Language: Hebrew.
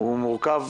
הוא מורכב